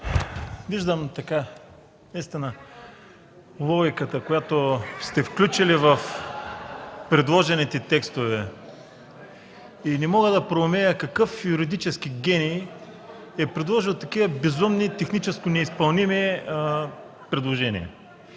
Виждам логиката, която сте включили в предложените тестове и не мога да проумея какъв юридически гений е предложил такива безумни, технически неизпълними предложения.